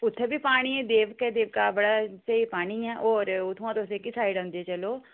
उत्थै बी पानी ऐ देवक ऐ देविका दा बड़ा स्हेई पानी ऐ और उत्थुआं तुस एह्क्की साइड औंदे चलो